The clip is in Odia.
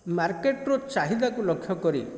ମାର୍କେଟ୍ର ଚାହିଦା କୁ ଲକ୍ଷ୍ୟ କରି